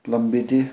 ꯂꯝꯕꯤꯗꯤ